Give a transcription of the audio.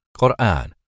Quran